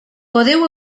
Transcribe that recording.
podeu